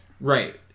Right